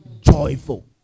joyful